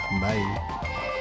Bye